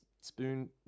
spoon